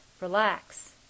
relax